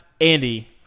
Andy